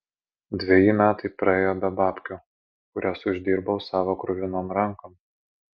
dveji metai praėjo be babkių kurias uždirbau savo kruvinom rankom